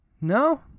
No